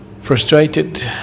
frustrated